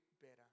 better